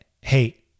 Hey